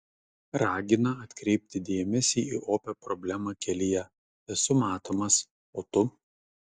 ragina atkreipti dėmesį į opią problemą kelyje esu matomas o tu